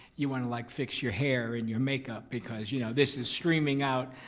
you wanna, like, fix your hair and your makeup because you know this is streaming out